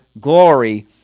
glory